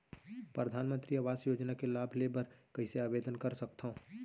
परधानमंतरी आवास योजना के लाभ ले बर कइसे आवेदन कर सकथव?